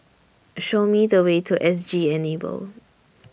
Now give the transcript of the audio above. Show Me The Way to S G Enable